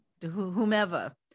whomever